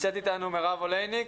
נמצאת איתנו מירב אולייניק,